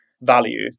value